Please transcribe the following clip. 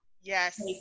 Yes